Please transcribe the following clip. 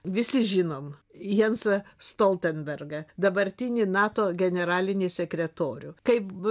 visi žinom jansą stoltenbergą dabartinį nato generalinį sekretorių kaip